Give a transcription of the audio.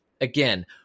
again